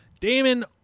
Damon